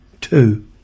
two